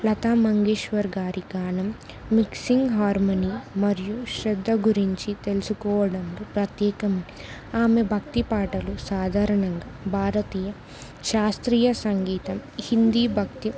లతా మంగేశ్వర్ గారి గానం mixing harmony మరియు శ్రద్ధ గురించి తెలుసుకోవడంలో ప్రత్యేకం ఆమె భక్తి పాటలు సాధారణంగా భారతీయ శాస్త్రీయ సంగీతం హిందీ భక్తి